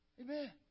Amen